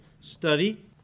study